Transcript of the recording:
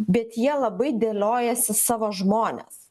bet jie labai dėliojasi savo žmones